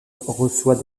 reçoit